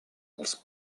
els